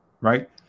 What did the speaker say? Right